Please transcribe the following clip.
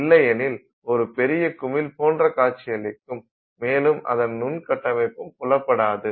இல்லையெனில் ஒரு பெரிய குமிழ் போல் காட்சியளிக்கும் மேலும் அதன் நுண் கட்டமைப்பும் புலப்படாது